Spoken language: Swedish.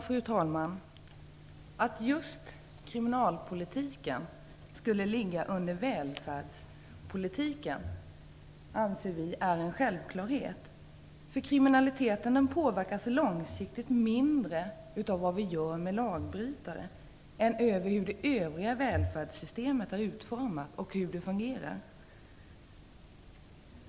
Fru talman! Att just kriminalpolitiken skulle ligga under välfärdspolitiken, anser vi är en självklarhet. Kriminaliteten påverkas långsiktigt mindre av vad vi gör med lagbrytare än av hur det övriga välfärdssystemet är utformat och hur det fungerar.